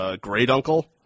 great-uncle